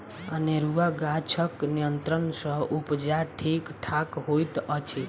अनेरूआ गाछक नियंत्रण सँ उपजा ठीक ठाक होइत अछि